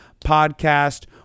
podcast